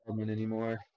anymore